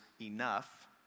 enough